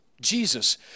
Jesus